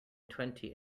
twenty